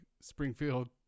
Springfield